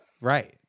Right